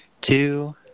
two